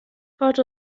port